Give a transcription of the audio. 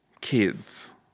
kids